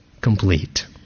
complete